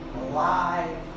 alive